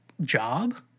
job